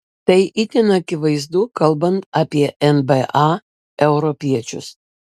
tai itin akivaizdu kalbant apie nba europiečius